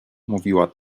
mówiła